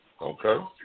Okay